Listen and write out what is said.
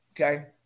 Okay